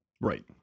Right